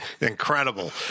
Incredible